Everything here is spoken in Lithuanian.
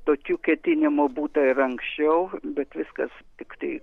tokių ketinimų būta ir anksčiau bet viskas tiktai